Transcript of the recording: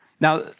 Now